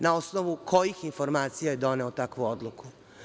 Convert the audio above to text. Na osnovu kojih informacija je doneo takvu odluku?